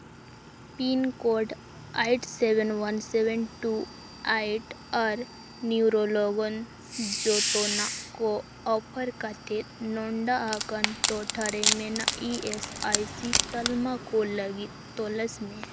pin code eight seven one seven two eight ᱟᱨ ᱱᱤᱭᱳᱨᱳ ᱞᱚᱜᱚᱱ ᱡᱚᱛᱚᱱᱟᱜ ᱠᱚ ᱚᱯᱷᱟᱨ ᱠᱟᱛᱮ ᱱᱚᱱᱰᱟ ᱟᱠᱟᱱ ᱴᱚᱴᱷᱟ ᱨᱮ ᱢᱮᱱᱟᱜ ᱤ ᱮᱹᱥ ᱟᱭ ᱥᱤ ᱛᱟᱞᱢᱟ ᱠᱚ ᱞᱟᱹᱜᱤᱫ ᱛᱚᱞᱟᱥ ᱢᱮ